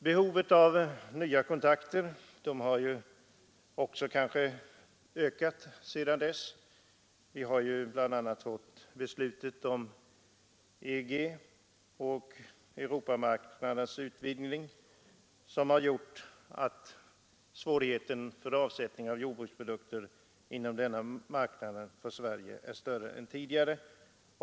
Behovet av nya kontakter har också ökat sedan dess. Vi har bl.a. fått beslutet om EG och Europamarknadens utvidgning, som gjort att svårigheten för avsättning av jordbruksprodukter inom denna marknad för Sverige är större än tidigare.